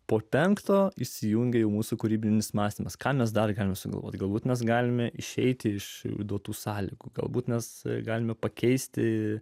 po penkto įsijungia jau mūsų kūrybinis mąstymas ką mes dar galime sugalvoti galbūt mes galime išeiti iš duotų sąlygų galbūt mes galime pakeisti